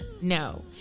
No